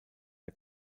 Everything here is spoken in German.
der